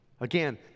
Again